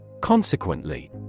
Consequently